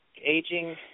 aging